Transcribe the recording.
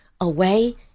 away